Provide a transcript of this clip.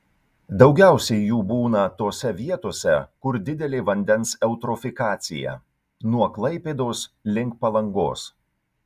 daugiausiai jų būna tose vietose kur didelė vandens eutrofikacija nuo klaipėdos link palangos